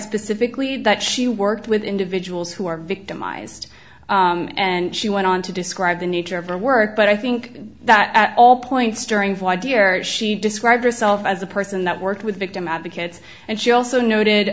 specifically that she worked with individuals who are victimized and she went on to describe the nature of her work but i think that at all points during why dear she described herself as a person that worked with victim advocates and she also noted